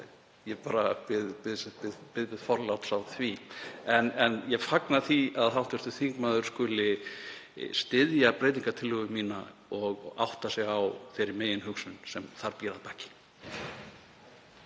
Ég biðst bara forláts á því. En ég fagna því að hv. þingmaður skuli styðja breytingartillögu mína og átta sig á þeirri meginhugsun sem þar býr að baki.